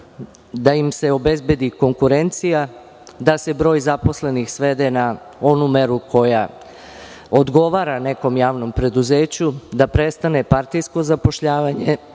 da im se obezbedi konkurencija, da se broj zaposlenih svede na onu meru koja odgovara nekom javnom preduzeću, da prestane partijsko zapošljavanje,